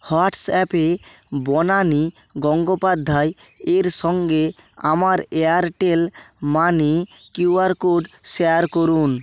হোয়াটসঅ্যাপে বনানি গঙ্গোপাধ্যায় এর সঙ্গে আমার Airtel money Q R code share করুন